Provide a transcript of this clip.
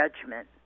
judgment